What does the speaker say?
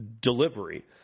delivery